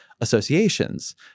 associations